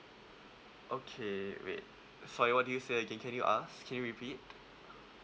okay wait sorry what did you say again can you ask can you repeat